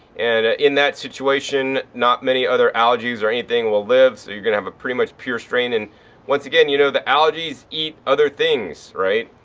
and in that situation, not many other algaes or anything will live. so you're going to have a pretty much pure strain. and once again, you know, the algaes eat other thing, right.